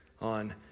on